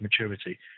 maturity